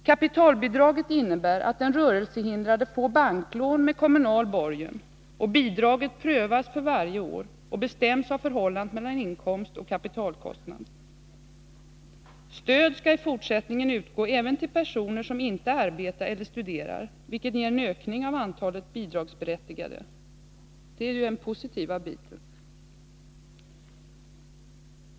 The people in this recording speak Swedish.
Kapitalbidraget innebär att den rörelsehindrade får banklån med kommunal borgen, och bidraget prövas för varje år och bestäms av förhållandet mellan inkomst och kapitalkostnad. Stöd skall i fortsättningen utgå även till personer som inte arbetar eller studerar, vilket ger en ökning av antalet bidragsberättigade. Detta är ju den positiva biten.